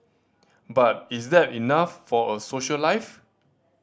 but is that enough for a social life